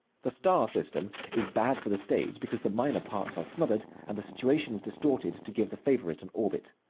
the star-system is bad for the stage because the minor parts are smothered and the situations distorted to give the favorite an orbit.